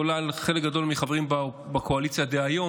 כולל חלק גדול מהחברים בקואליציה דהיום,